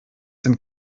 sind